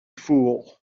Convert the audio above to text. fool